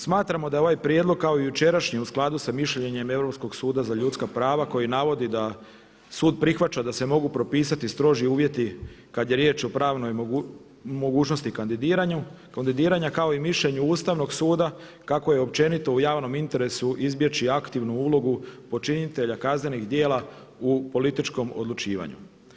Smatramo da je ovaj prijedlog kao i jučerašnji u skladu sa mišljenjem Europskog suda za ljudska prava koji navodi da sud prihvaća da se mogu propisati stroži uvjeti kada je riječ o pravnoj mogućnosti i kandidiranju, kandidiranja kao i mišljenju Ustavnog suda kako je općenito u javnom interesu izbjeći aktivnu ulogu počinitelja kaznenih djela u političkom odlučivanju.